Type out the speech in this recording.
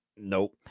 nope